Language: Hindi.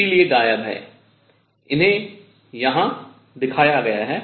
इसलिए गायब है इन्हें यहां दिखाया गया है